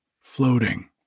floating